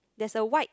there a white